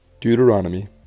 Deuteronomy